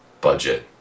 budget